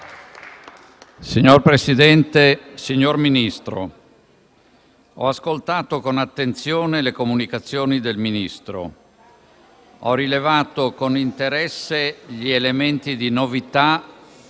Signor Presidente, ho ascoltato con attenzione le comunicazioni del Ministro, ho rilevato con interesse gli elementi di novità